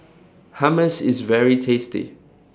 Hummus IS very tasty